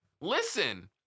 Listen